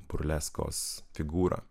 burleskos figūra